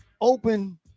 open